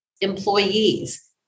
employees